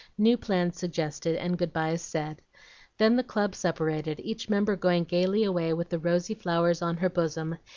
new plans suggested, and goodbyes said then the club separated, each member going gayly away with the rosy flowers on her bosom,